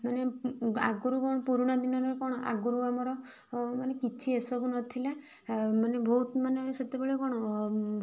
ମାନେ ଆଗରୁ କଣ ପୁରୁଣା ଦିନରେ କଣ ଆଗରୁ ଆମର କଣ ମାନେ କିଛି ଏ ସବୁ ନଥିଲା ମାନେ ବହୁତ ମାନେ ସେତେବେଳେ କଣ